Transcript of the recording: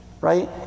right